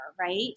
right